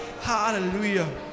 Hallelujah